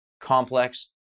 complex